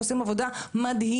עושים עבודה מדהימה,